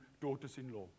daughters-in-law